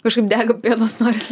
kažkaip dega pėdos norisi